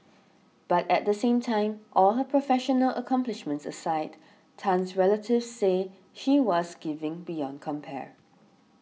but at the same time all her professional accomplishments aside Tan's relatives say she was giving beyond compare